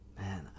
Man